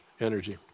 energy